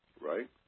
right